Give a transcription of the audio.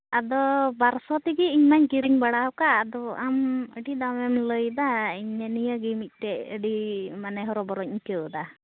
ᱟᱫᱚ ᱵᱟᱨ ᱥᱚ ᱛᱮᱜᱮ ᱤᱧ ᱢᱟᱧ ᱠᱤᱨᱤᱧ ᱵᱟᱲᱟᱣᱟᱠᱟᱫ ᱟᱫᱚ ᱟᱢ ᱟᱹᱰᱤ ᱫᱟᱢᱮᱢ ᱞᱟᱹᱭ ᱮᱫᱟ ᱤᱧ ᱫᱚ ᱱᱤᱭᱟᱹ ᱜᱮ ᱢᱤᱫᱴᱮᱱ ᱟᱹᱰᱤ ᱢᱟᱱᱮ ᱦᱚᱨᱚᱵᱚᱨᱚᱧ ᱟᱹᱭᱠᱟᱹᱣᱮᱫᱟ